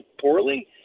poorly